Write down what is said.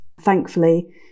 thankfully